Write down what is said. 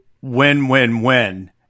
win-win-win